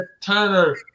Turner